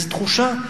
איזו תחושה,